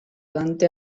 dante